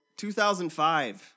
2005